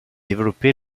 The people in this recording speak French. développé